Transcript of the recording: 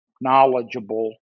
knowledgeable